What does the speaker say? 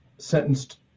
sentenced